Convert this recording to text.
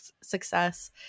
success